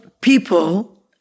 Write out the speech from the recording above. people